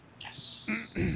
Yes